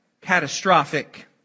catastrophic